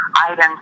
items